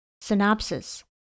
Synopsis